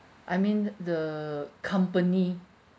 I mean the company